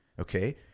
Okay